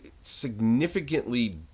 significantly